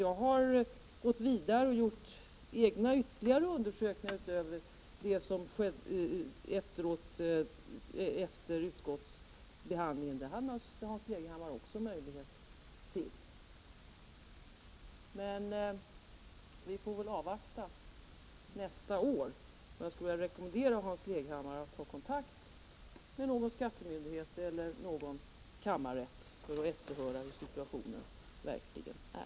Jag har gått vidare och gjort egna ytterligare undersökningar efter utskottsbehandlingen. Det har naturligtvis Hans Leghammar också möjlighet till. Vi får väl avvakta nästa års behandling. Jag skulle rekommendera Hans Leghammar att ta kontakt med någon skattemyndighet eller någon kammarrätt för att efterhöra hur situationen verkligen är.